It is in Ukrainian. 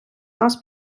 нас